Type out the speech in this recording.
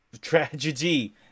Tragedy